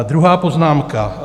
Druhá poznámka.